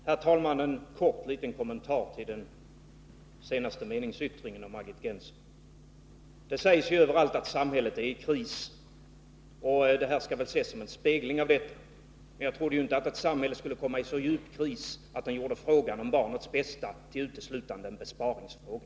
Herr talman! En kort kommentar till den senaste meningsyttringen av Margit Gennser. Det sägs överallt att samhället är i kris, och hennes anförande skall väl ses som en spegling av detta. Men jag trodde inte att ett samhälle skulle komma i så djup kris att det gjorde frågan om barnets bästa till uteslutande en besparingsfråga.